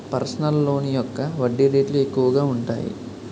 personal loan యొక్క వడ్డీ రేట్లు ఎక్కువగా ఉంటాయి